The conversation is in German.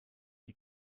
die